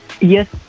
Yes